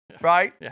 right